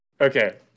okay